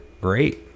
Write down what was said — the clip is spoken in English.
Great